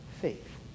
faith